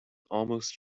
almost